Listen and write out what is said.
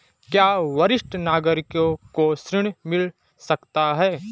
क्या वरिष्ठ नागरिकों को ऋण मिल सकता है?